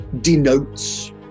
denotes